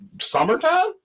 Summertime